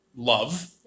love